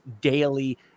daily